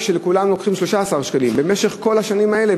כשלכולם לוקחים 13 ש"ח במשך כל השנים האלה,